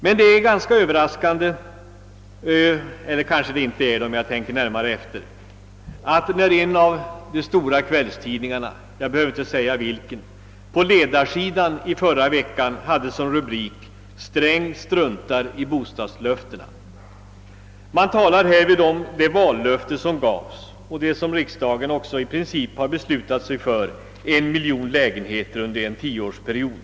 Däremot är det ganska överraskan de — eller kanske det inte är det, om jag tänker närmare efter — att en av de stora kvällstidningarna — jag behöver väl inte säga vilken — på ledar sidan i förra veckan hade som rubrik: »Sträng struntar i bostadslöftena». Man talade härvid om det vallöfte som givits och som riksdagen i princip har anslutit sig till, nämligen en miljon lägenheter under en tioårsperiod.